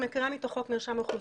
אני מקריאה מתוך חוק מרשם האוכלוסין,